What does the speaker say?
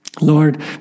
Lord